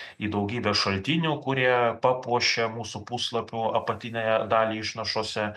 į daugybę šaltinių kurie papuošia mūsų puslapių apatiniąją dalį išnašose